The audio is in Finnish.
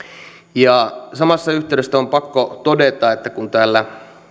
ja samassa yhteydessä on pakko todeta kun täällä